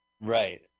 Right